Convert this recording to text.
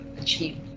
achieve